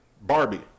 Barbie